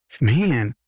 Man